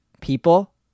people